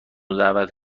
دعوت